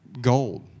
gold